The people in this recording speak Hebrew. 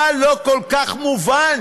מה לא כל כך מובן?